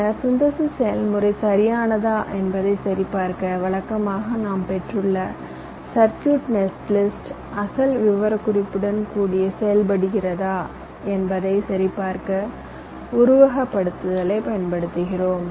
பின்னர் சிந்தசிஸ் செயல்முறை சரியானதா என்பதை சரிபார்க்க வழக்கமாக நாம் பெற்றுள்ள சர்க்யூட் நெட்லிஸ்ட் அசல் விவரக்குறிப்பின் படி செயல்படுகிறதா என்பதை சரிபார்க்க உருவகப்படுத்துதலைப் பயன்படுத்துகிறோம்